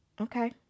Okay